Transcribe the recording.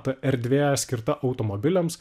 ta erdvė skirta automobiliams